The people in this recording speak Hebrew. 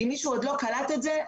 אם מישהו עוד לא קלט את זה,